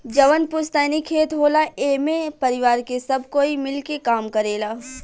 जवन पुस्तैनी खेत होला एमे परिवार के सब कोई मिल के काम करेला